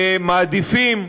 מעדיפים,